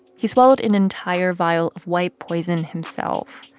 he swallowed an entire vial of white poison himself.